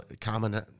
common